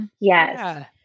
Yes